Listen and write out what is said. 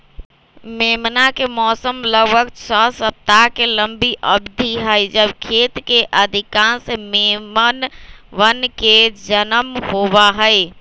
मेमना के मौसम लगभग छह सप्ताह के लंबी अवधि हई जब खेत के अधिकांश मेमनवन के जन्म होबा हई